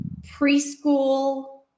preschool